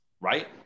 right